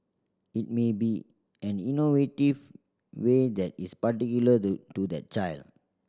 it may be an innovative way that is particular the to that child